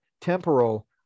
temporal